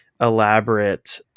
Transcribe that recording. elaborate